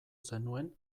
zenuen